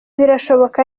birashoboka